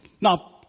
Now